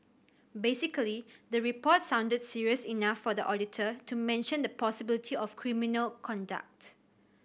basically the report sounded serious enough for the auditor to mention the possibility of criminal conduct